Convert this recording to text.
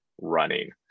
running